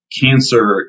cancer